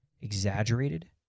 exaggerated